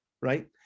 right